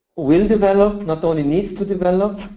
will develop. not only needs to develop.